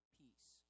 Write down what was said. peace